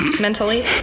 mentally